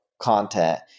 content